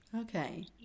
Okay